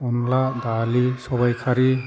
अनला दालि सबाइ खारि